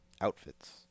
outfits